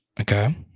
Okay